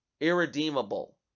Irredeemable